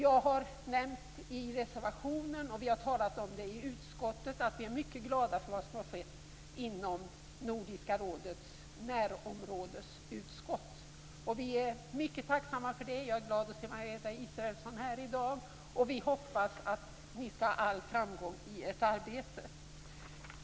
Jag har nämnt det i reservationen, och vi har i utskottet talat om att vi är mycket glada för vad som har skett inom Nordiska rådets närområdesutskott. Vi är mycket tacksamma för det. Jag är glad att se Margareta Israelsson här i dag. Vi hoppas att ni skall ha all framgång i ert arbete.